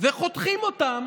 וחותכים אותן